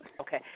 Okay